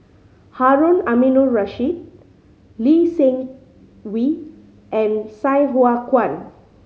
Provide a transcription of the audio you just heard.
Harun Aminurrashid Lee Seng Wee and Sai Hua Kuan